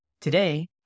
Today